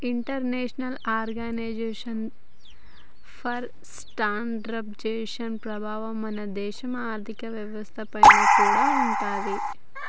international organization for standardization ప్రభావం మన దేశ ఆర్ధిక వ్యవస్థ పైన కూడా ఉంటాది